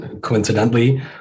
coincidentally